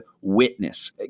witness